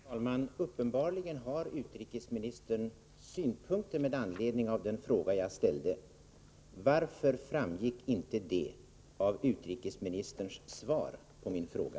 Fru talman! Uppenbarligen har utrikesministern synpunkter med anledning av den fråga som jag ställde. Varför framgick då inte det av utrikesministerns svar på min fråga?